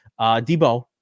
Debo